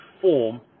form